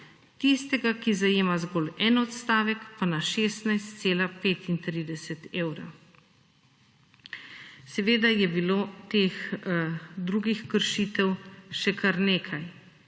tistega ki zajema zgolj en odstavek pa na 16,35 evra. Seveda je bilo teh drugih kršitev še kar nekaj,